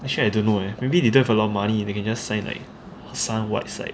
actually I don't know eh maybe they don't have a lot of money you can just sign like hassan whiteside